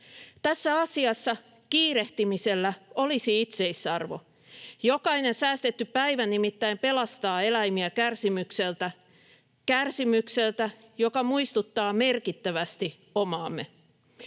Tässä asiassa kiirehtimisellä olisi itseisarvo. Jokainen säästetty päivä nimittäin pelastaa eläimiä kärsimykseltä — kärsimykseltä, joka muistuttaa merkittävästi omaamme.